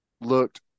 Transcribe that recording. looked